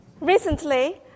Recently